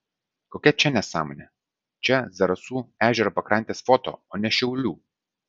kokia čia nesąmonė čia zarasų ežero pakrantės foto o ne šiaulių